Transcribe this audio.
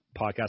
podcast